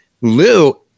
Lou